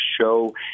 show